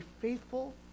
faithful